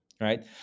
right